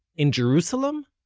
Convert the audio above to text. in jerusalem?